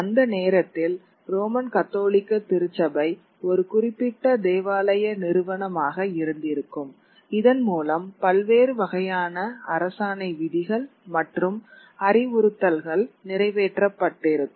அந்த நேரத்தில் ரோமன் கத்தோலிக்க திருச்சபை ஒரு குறிப்பிட்ட தேவாலய நிறுவனமாக இருந்திருக்கும் இதன் மூலம் பல்வேறு வகையான அரசாணை விதிகள் மற்றும் அறிவுறுத்தல்கள் நிறைவேற்றப்பட்டிருக்கும்